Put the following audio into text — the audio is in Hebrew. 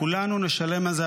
כולנו נשלם על זה.